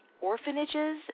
orphanages